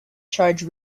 charge